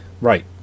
Right